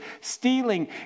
Stealing